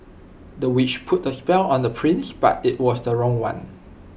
the witch put A spell on the prince but IT was the wrong one